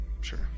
sure